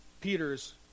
Peter's